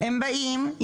הם באים,